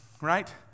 right